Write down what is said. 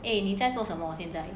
诶你在做什么现在